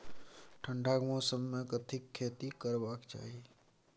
ठंडाक मौसम मे कथिक खेती करबाक चाही?